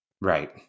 Right